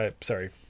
Sorry